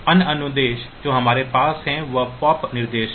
अन्य अनुदेश जो हमारे पास है वह पॉप निर्देश है